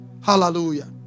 Hallelujah